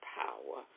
power